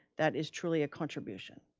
that is truly a contribution.